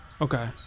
Okay